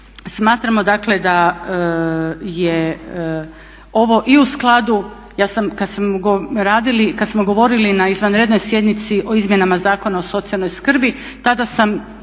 ja sam kada smo radili, kada smo govorili na izvanrednoj sjednici o Izmjenama zakona o socijalnoj skrbi, tada sam